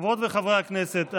חברות וחברי הכנסת,